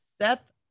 Seth